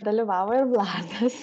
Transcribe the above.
dalyvavo ir vladas